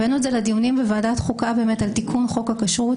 הבאנו את זה לדיונים בוועדת החוקה על תיקון חוק הכשרות,